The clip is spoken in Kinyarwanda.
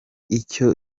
icyo